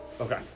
Okay